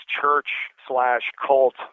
church-slash-cult